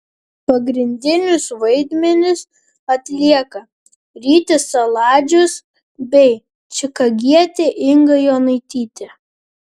pagrindinius vaidmenis atlieka rytis saladžius bei čikagietė inga jonaitytė